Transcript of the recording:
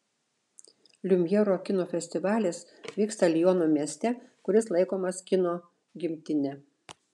liumjero kino festivalis vyksta liono mieste kuris laikomas kino gimtine